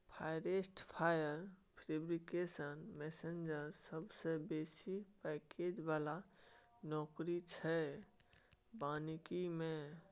forest fire prevention manager सबसँ बेसी package बला नौकरी छै बानिकी मे